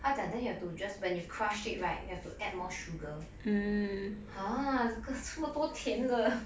他讲 then you have to just when it crushed it right you have to add more sugar !huh! 这个这么多甜的